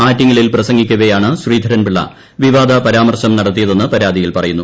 ആറ്റിങ്ങലിൽ പ്രസംഗിക്കവെയാണ് ശ്രീധരൻപിള്ള വിവാദ പരാമർശം നടത്തിയതെന്ന് പരാതിയിൽ പറയുന്നു